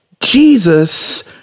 Jesus